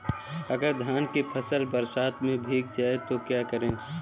अगर धान की फसल बरसात में भीग जाए तो क्या करें?